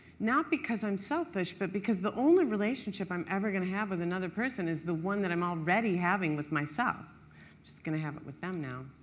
not because i am selfish, but because the only relationship i am ever going to have with another person is the one that i am already having with myself just going to have it with them now.